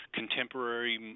contemporary